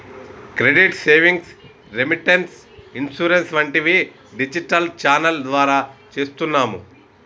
credit savings, remittance, insurance వంటివి digital channel ద్వారా చేస్తున్నాము